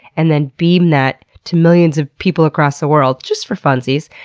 and then beam that to millions of people across the world just for funsies,